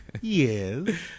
Yes